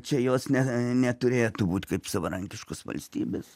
čia jos ne neturėtų būt kaip savarankiškos valstybės